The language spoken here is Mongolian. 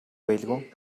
байлгүй